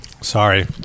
Sorry